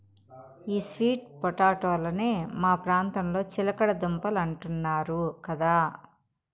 ఈ స్వీట్ పొటాటోలనే మా ప్రాంతంలో చిలకడ దుంపలంటున్నారు కదా